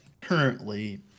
currently